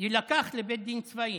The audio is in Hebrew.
יילקח לבית דין צבאי.